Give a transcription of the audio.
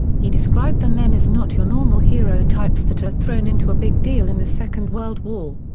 he described the men as not your normal hero types that are thrown into a big deal in the second world war.